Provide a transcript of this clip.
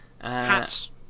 hats